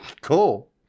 Cool